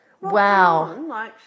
Wow